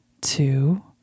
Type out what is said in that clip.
two